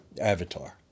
Avatar